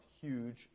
huge